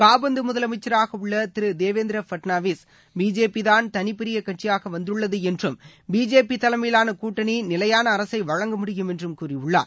காபந்து முதலமைச்சராக உள்ள திரு தேவேந்திர பட்னாவிஸ் பிஜேபிதான் தனி பெரிய கட்சியாக வந்துள்ளது என்றும் பிஜேபி தலைமையிலான கூட்டணி நிலையான அரசை வழங்க முடியும் என்றும் கூறியுள்ளார்